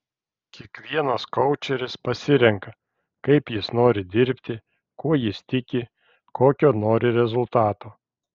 kiekvienas koučeris pasirenka kaip jis nori dirbti kuo jis tiki kokio nori rezultato